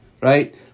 right